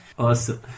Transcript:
Awesome